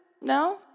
No